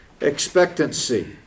expectancy